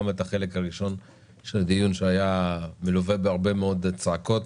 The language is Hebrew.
את החלק הראשון של הדיון שהיה מלווה בהרבה מאוד צעקות,